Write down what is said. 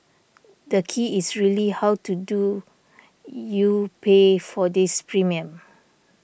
the key is really how to do you pay for this premium